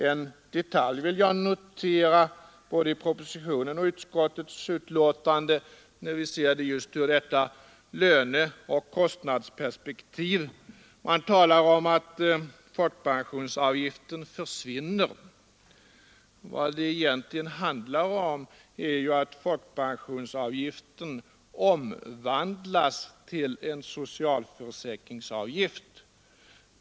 En detalj vill jag notera både i propositionen och i utskottets betänkande, när vi ser det just ur detta löneoch kostnadsperspektiv. Man talar om att folkpensionsavgiften ”försvinner”. Vad det egentligen handlar om är ju att folkpensionsavgiften omvandlas till en socialförsäkringsavgift.